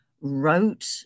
wrote